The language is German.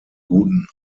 guten